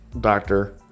doctor